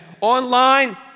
Online